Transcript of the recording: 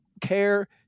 care